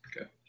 Okay